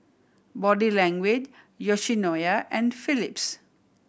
Body Language Yoshinoya and Phillips